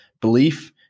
belief